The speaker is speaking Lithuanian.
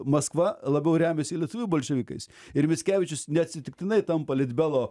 maskva labiau remiasi lietuvių bolševikais ir mickevičius neatsitiktinai tampa litbelo